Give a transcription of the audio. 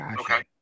Okay